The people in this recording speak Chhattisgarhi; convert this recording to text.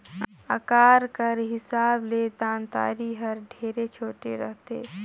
अकार कर हिसाब ले दँतारी हर ढेरे छोटे रहथे